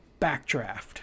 Backdraft